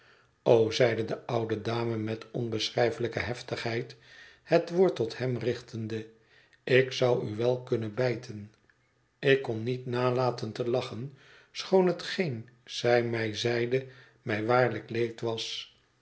zeide de oude dame met onbeschrijfelijke heftigheid het woord tot hem richtende ik zou u wel kunnen bijten ik kon niet nalaten te lachen schoon hetgeen zij mij zeide mij waarlijk leed was